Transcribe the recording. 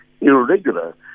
irregular